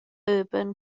urban